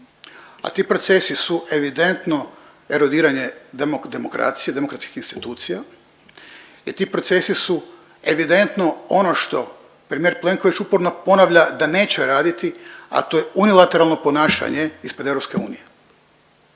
a ti procesi su evidentno erodiranje demokracije, demokratskih institucija i ti procesi su evidentno ono što premijer Plenković uporno ponavlja da neće raditi, a to je unilateralno ponašanje ispred EU.